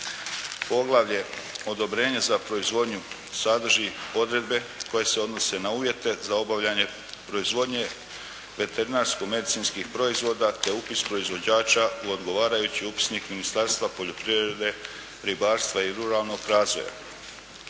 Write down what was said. Poglavlje – Odobrenje za proizvodnju sadrži odredbe koje se odnose na uvjete za obavljanje proizvodnje veterinarsko-medicinskih proizvoda te upis proizvođača u odgovarajući upisnik Ministarstva poljoprivrede, ribarstva i ruralnog razvoja.